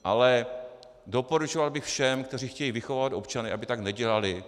Ale doporučoval bych všem, kteří chtějí vychovávat občany, aby tak nedělali.